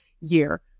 year